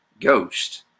Ghost